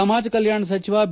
ಸಮಾಜ ಕಲ್ಕಾಣ ಸಚಿವ ಬಿ